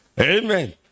Amen